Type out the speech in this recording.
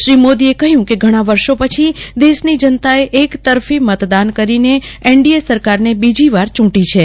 શ્રી મોદીએ કહ્યું કે ઘણા વર્ષો પછી દેશની નતાએ એકતરફી મતદાન કરીને એનડીએ સરકારને બીજીવાર ચૂંટી છે